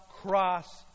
cross